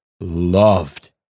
loved